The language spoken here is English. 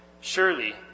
surely